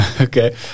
Okay